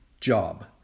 job